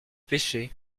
pêchaient